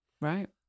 Right